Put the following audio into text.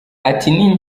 ati